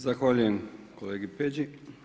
Zahvaljujem kolegi Peđi.